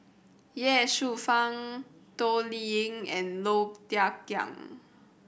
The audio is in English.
Ye Shufang Toh Liying and Low Thia Khiang